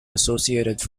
associated